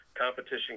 competition